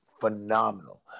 phenomenal